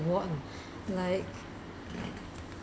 reward like